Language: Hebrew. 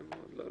יפה מאוד.